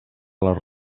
les